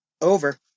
Over